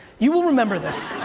you will remember this.